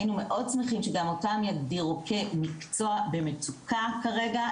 היינו מאוד שמחים שגם אותם יגדירו כמקצוע במצוקה כרגע,